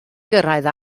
gyrraedd